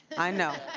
i know.